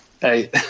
Hey